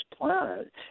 planet